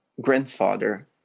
grandfather